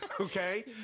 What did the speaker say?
okay